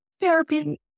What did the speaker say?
therapy